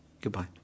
Goodbye